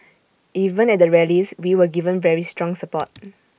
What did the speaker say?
even at the rallies we were given very strong support